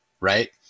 right